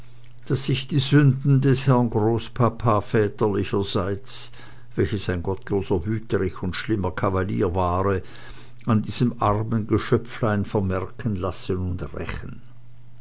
daß sich die sünden des herren großpapa väterlicher seits welches ein gottloser wütherich und schlimmer cavalier ware an diesem armseligen geschöpflein vermerken lassen und rechen